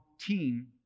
team